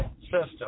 system